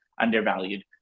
undervalued